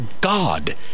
God